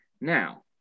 now